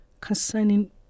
concerning